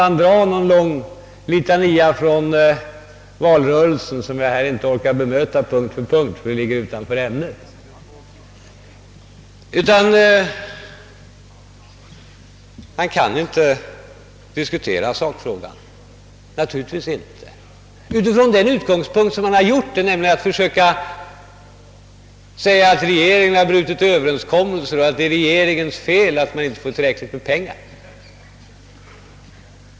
Han drog en lång litania från valrörelsen som jag inte orkar bemöta här punkt för punkt, därför att det ligger utanför ämnet. Herr Ullsten kan inte diskutera sakfrågan. Det är naturligt med hänsyn till den utgångspunkt som han har valt, nämligen att försöka göra gällande att regeringen har brutit överenskommelser och att det är regeringens fel att man inte får tillräckligt med pengar.